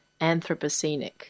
anthropocenic